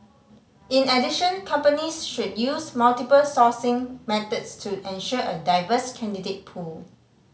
in addition companies should use multiple sourcing methods to ensure a diverse candidate pool